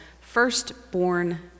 firstborn